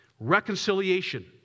reconciliation